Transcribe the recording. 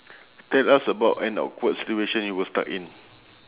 tell us about an awkward situation you were stuck in